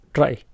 Try